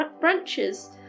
branches